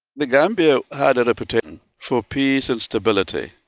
the gambia had a reputation for peace and stability.